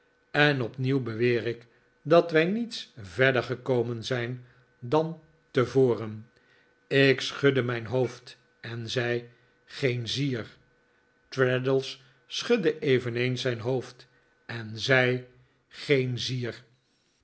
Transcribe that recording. en opnieuw beweer ik dat wij niets verder gekomen zijn dan tevoren ik schudde mijn hoofd en zei geen zier traddles schudde eveneens zijn hoofd en zei geen zier